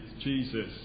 Jesus